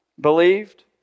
believed